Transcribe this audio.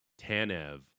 Tanev